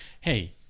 hey